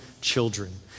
children